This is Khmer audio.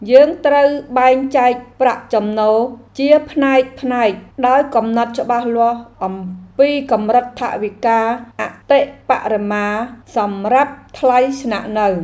យើងត្រូវបែងចែកប្រាក់ចំណូលជាផ្នែកៗ ដោយកំណត់ច្បាស់លាស់អំពីកម្រិតថវិកាអតិបរមាសម្រាប់ថ្លៃស្នាក់នៅ។